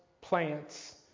plants